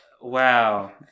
Wow